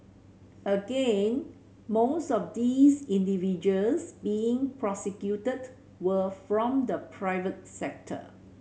again most of these individuals being prosecuted were from the private sector